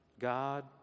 God